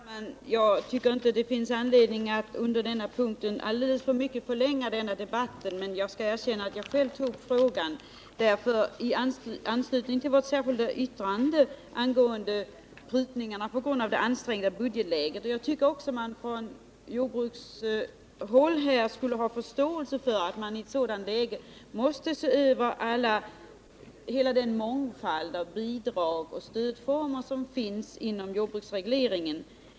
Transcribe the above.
Herr talman! Jag tycker inte det finns anledning att under denna punkt förlänga debatten alltför mycket. Men jag skall erkänna att jag själv tog upp frågan i anslutning till vårt särskilda yttrande om prutningar på grund av det ansträngda budgetläget. Jag tycker att man också från jordbrukarhåll borde ha förståelse för att man i ett sådant läge måste se över hela den mångfald av bidrag och stödformer som finns inom jordbruksregleringen.